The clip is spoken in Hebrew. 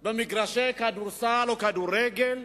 במגרשי כדורסל או כדורגל: